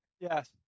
Yes